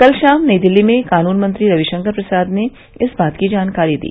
कल शाम नई दिल्ली में कानूनमंत्री रविशंकर प्रसाद ने इस बात की जानकारी दी